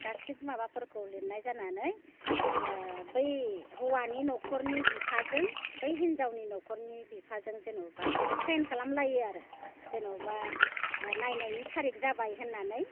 गासिबो माबाफोरखौ लिरनाय जानानै बै हौवानि न'खरनि बिफाजों बै हिन्जावनि न'खरनि बिफाजों जेनेबा साइन खालामलायो आरो जेनेबा नायनायनि थारिग जाबाय होन्नानै